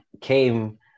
came